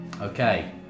Okay